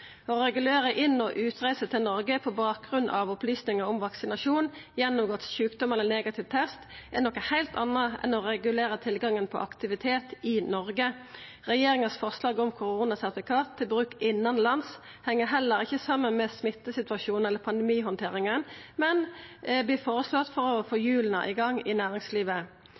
Å regulera inn- og utreise til Noreg på bakgrunn av opplysningar om vaksinasjon, gjennomgått sjukdom eller negativ test er noko heilt anna enn å regulera tilgangen på aktivitet i Noreg. Regjeringas forslag om koronasertifikat til bruk innanlands heng heller ikkje saman med smittesituasjonen eller pandemihandteringa, men vert føreslått for å få hjula i gang i næringslivet.